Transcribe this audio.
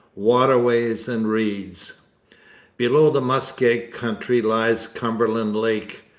waterways and reeds below the muskeg country lies cumberland lake.